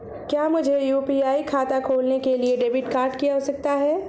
क्या मुझे यू.पी.आई खाता खोलने के लिए डेबिट कार्ड की आवश्यकता है?